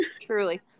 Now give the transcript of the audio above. Truly